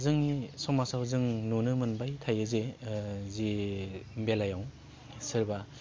जोंनि समाजाव जों नुनो मोनबाय थायो जे जे बेलायाव सोरबा